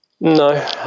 No